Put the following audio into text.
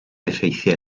effeithiau